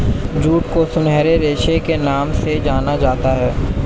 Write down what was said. jute को सुनहरे रेशे के नाम से जाना जाता है